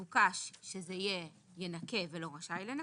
שזה יהיה ינכה, ולא רשאי לנכות.